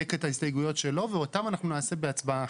ינמק אותם, אז לא יהיו לו הסתייגויות.